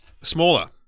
Smaller